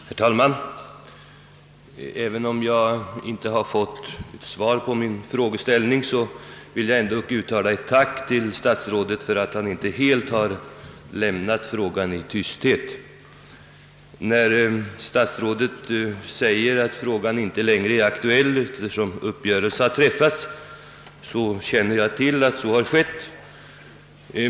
Herr talman! Även om jag inte fått svar på min frågeställning vill jag uttala ett tack till herr statsrådet för att han inte med tystnad har förbigått den. Statsrådet säger att frågan inte längre är aktuell, eftersom uppgörelse har träffats. Jag känner till att så har skett.